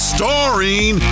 Starring